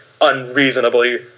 unreasonably